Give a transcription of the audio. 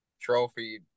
trophy